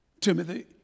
Timothy